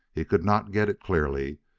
he could not get it clearly,